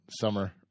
summer